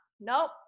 nope